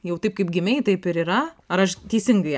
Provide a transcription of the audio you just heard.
jau taip kaip gimei taip ir yra aš teisingai